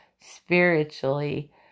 spiritually